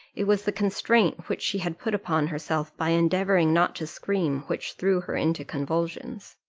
it was the constraint which she had put upon herself, by endeavouring not to scream, which threw her into convulsions.